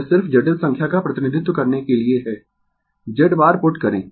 यह सिर्फ जटिल संख्या का प्रतिनिधित्व करने के लिए है Z बार पुट करें